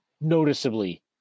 noticeably